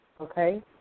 Okay